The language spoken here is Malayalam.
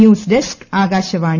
news desk Akashvani